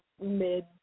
mid